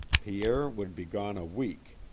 pierre would be gone a week.